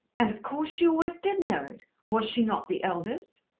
and, of course, she always did know it. was she not the eldest?